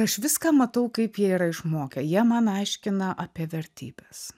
aš viską matau kaip jie yra išmokę jie man aiškina apie vertybes